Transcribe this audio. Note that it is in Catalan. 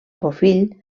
bofill